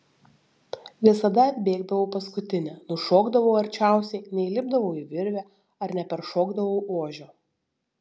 visada atbėgdavau paskutinė nušokdavau arčiausiai neįlipdavau į virvę ar neperšokdavau ožio